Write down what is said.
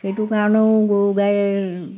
সেইটো কাৰণেও গৰু গাই